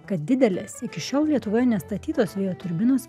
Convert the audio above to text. kad didelės iki šiol lietuvoje nestatytos vėjo turbinos